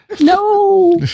No